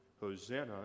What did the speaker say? Hosanna